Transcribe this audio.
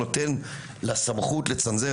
נותן לה סמכות לצנזר,